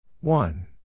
One